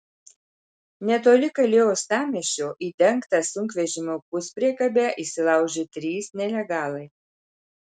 netoli kalė uostamiesčio į dengtą sunkvežimio puspriekabę įsilaužė trys nelegalai